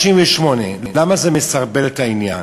למה זה מסרבל את העניין?